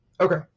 Okay